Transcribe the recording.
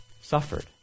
suffered